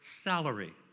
salary